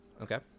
Okay